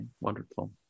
wonderful